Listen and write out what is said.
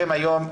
מבחינתכם היום,